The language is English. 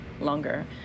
longer